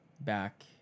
back